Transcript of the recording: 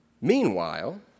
Meanwhile